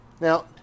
Now